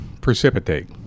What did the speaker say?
precipitate